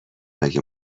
مگه